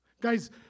Guys